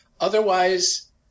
Otherwise